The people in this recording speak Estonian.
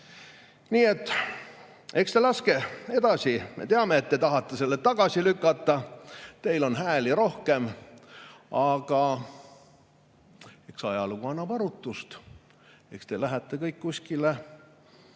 Nii et laske edasi! Me teame, et te tahate selle tagasi lükata. Teil on hääli rohkem, aga eks ajalugu annab arutust. Eks te lähete kõik kuskile